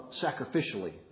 sacrificially